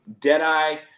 Deadeye